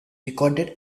recorded